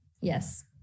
Yes